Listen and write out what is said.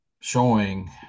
showing